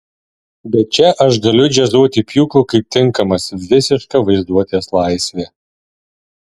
bet čia aš galiu džiazuoti pjūklu kaip tinkamas visiška vaizduotės laisvė